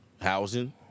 Housing